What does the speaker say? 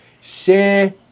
share